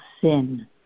sin